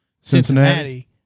Cincinnati